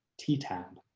t tab,